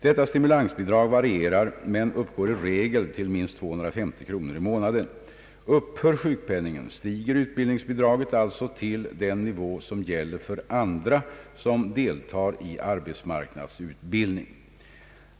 Detta stimulansbidrag varierar men uppgår i regel till minst 250 kronor i månaden. Upphör sjukpenningen, stiger utbildningsbidraget alltså till den nivå som gäller för andra som deltar i arbetsmarknadsutbildning.